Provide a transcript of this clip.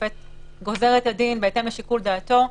השופט גוזר את הדין בהתאם לשיקול דעתו.